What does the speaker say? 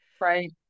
right